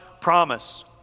promise